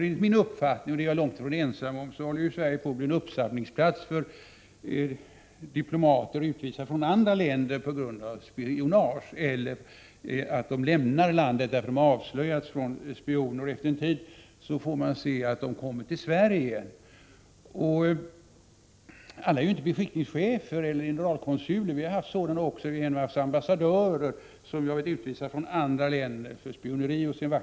Enligt min mening — och den är jag långtifrån ensam om — håller Sverige på att bli en uppsamlingsplats för diplomater, som har utvisats från andra länder på grund av spionage eller som har lämnat andra länder därför att de har avslöjats med spionage. Efter en tid dyker de upp i Sverige. Alla är inte beskickningschefer eller generalkonsuler, även om vi har också sådana.